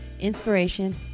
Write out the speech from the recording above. inspiration